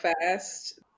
fast